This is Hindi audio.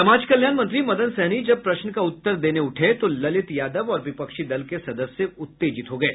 समाज कल्याण मंत्री मदन सहनी जब प्रश्न का उत्तर देने उठे तो ललित यादव और विपक्षी दल के सदस्य उत्तेजित हो गये